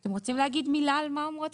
אתם רוצים לומר מילה על מה אומרות